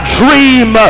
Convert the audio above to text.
dream